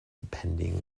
depending